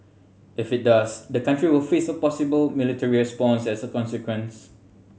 if it does the country will face a possible military response as a consequence